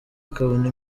akabona